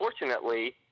unfortunately